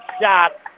shot